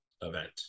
event